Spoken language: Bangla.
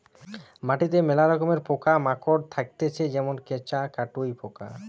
মাটিতে মেলা রকমের পোকা মাকড় থাকতিছে যেমন কেঁচো, কাটুই পোকা